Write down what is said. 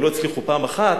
הם לא הצליחו פעם אחת,